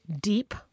deep